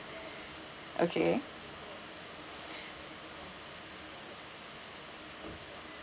okay